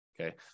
okay